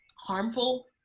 harmful